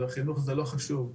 חינוך זה לא חשוב.